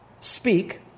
Speak